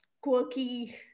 quirky